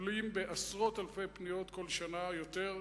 מטפלים בעשרות אלפי פניות כל שנה, יותר.